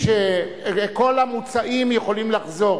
כי אם אתה לא מסכים לזה,